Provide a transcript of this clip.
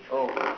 oh